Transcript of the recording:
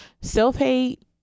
self-hate